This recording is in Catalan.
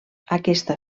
aquesta